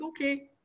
okay